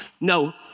No